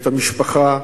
את המשפחה,